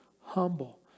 humble